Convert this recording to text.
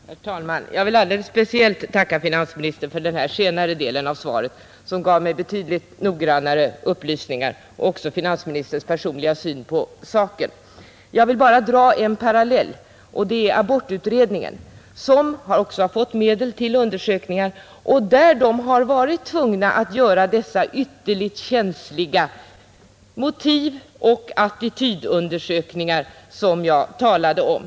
Herr talman! Jag vill alldeles speciellt tacka finansministern för den här senare delen av svaret, som gav mig betydligt noggrannare upplysningar och även finansministerns personliga syn på frågan. Låt mig dra en parallell med abortutredningen, som också har fått medel till undersökningar. Den har varit tvungen att göra dessa ytterligt känsliga motivoch attitydundersökningar, som jag talade om.